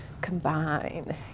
combine